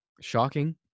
shocking